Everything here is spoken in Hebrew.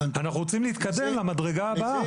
אנחנו רוצים להתקדם למדרגה הבאה.